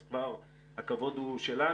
אז כבר הכבוד הוא שלנו.